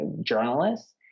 journalists